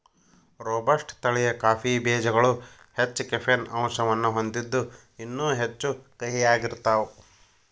robusta ತಳಿಯ coffee ಬೇಜಗಳು ಹೆಚ್ಚ ಕೆಫೇನ್ ಅಂಶವನ್ನ ಹೊಂದಿದ್ದು ಇನ್ನೂ ಹೆಚ್ಚು ಕಹಿಯಾಗಿರ್ತಾವ